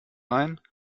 rein